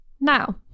Now